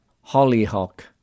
Hollyhock